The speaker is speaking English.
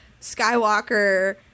Skywalker